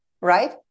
right